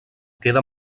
queda